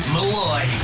Malloy